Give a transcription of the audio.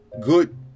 good